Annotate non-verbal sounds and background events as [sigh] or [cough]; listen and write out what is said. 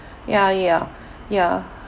[breath] ya ya [breath] ya